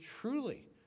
truly